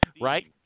right